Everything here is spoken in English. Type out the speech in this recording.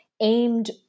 aimed